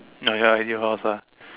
nah ya your new house ah